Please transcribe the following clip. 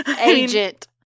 agent